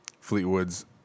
Fleetwood's